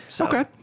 Okay